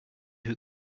who